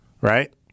right